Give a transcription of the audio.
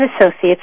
Associates